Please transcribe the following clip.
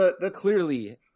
Clearly